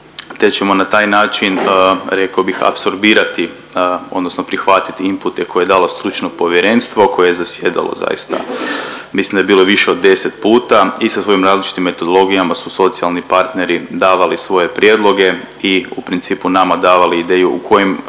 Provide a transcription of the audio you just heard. te ćemo na taj način, rekao bih, apsorbirati odnosno prihvatiti inpute koje je dalo stručno povjerenstvo koje je zasjedalo zaista, mislim da je bilo i više od 10 puta i sa svojim različitim metodologijama su socijalni partneri davali svoje prijedloge i u principu nama davali ideju u kojim